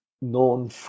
known